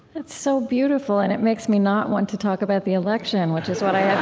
that's so beautiful, and it makes me not want to talk about the election, which is what i